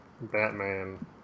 Batman